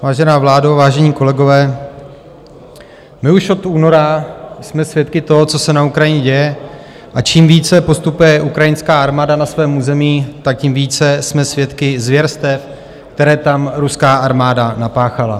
Vážená vládo, vážení kolegové, už od února jsme svědky toho, co se na Ukrajině děje, a čím více postupuje ukrajinská armáda na svém území, tím více jsme svědky zvěrstev, které tam ruská armáda napáchala.